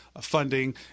funding